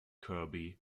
kirby